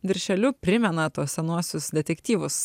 viršeliu primena tuos senuosius detektyvus